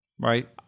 Right